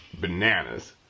bananas